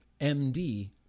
MD